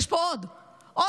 יש פה עוד תלונה.